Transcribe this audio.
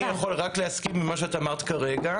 אני יכול רק להסכים עם מה שאת אמרת כרגע.